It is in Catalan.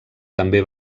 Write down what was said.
també